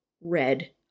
red